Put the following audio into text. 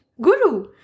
Guru